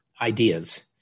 ideas